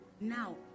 now